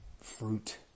fruit